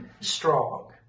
strong